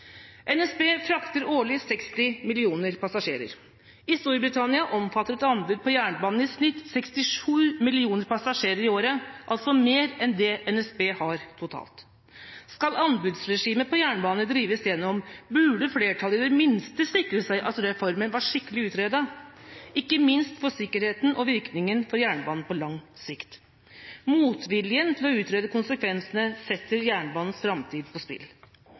NSB frakter årlig 60 millioner passasjerer. I Storbritannia omfatter et anbud på jernbanen i snitt 67 millioner passasjerer i året, altså mer enn det NSB har totalt. Skal anbudsregimet på jernbane drives igjennom, burde flertallet i det minste sikret seg at reformen var skikkelig utredet, ikke minst for sikkerheten og virkningen for jernbanen på lang sikt. Motviljen mot å utrede konsekvensene setter jernbanens framtid på spill.